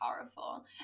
powerful